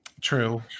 True